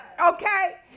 Okay